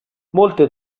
molte